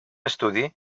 estudi